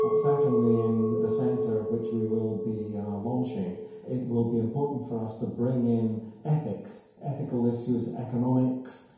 ah certainly in the centre which we will be launching it will be important for us to bring in ethics, ethical issues, economics,